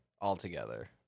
altogether